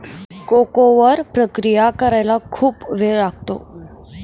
cocoa वर प्रक्रिया करायला खूप वेळ लागतो